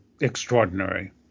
extraordinary